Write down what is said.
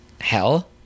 hell